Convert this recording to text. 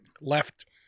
left